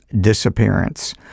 disappearance